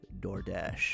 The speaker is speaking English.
doordash